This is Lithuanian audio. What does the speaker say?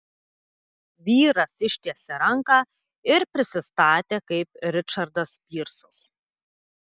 vyras ištiesė ranką ir prisistatė kaip ričardas pyrsas